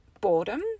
boredom